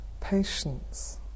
Patience